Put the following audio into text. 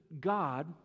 God